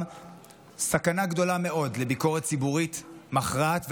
סכנה גדולה מאוד לביקורת ציבורית מכרעת,